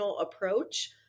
approach